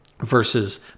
versus